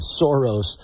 Soros